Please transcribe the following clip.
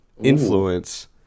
influence